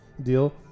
deal